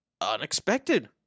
unexpected